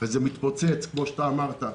וזה מתפוצץ, כפי שאמרת.